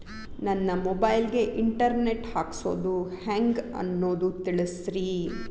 ನನ್ನ ಮೊಬೈಲ್ ಗೆ internet ಹಾಕ್ಸೋದು ಹೆಂಗ್ ಅನ್ನೋದು ತಿಳಸ್ರಿ